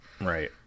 right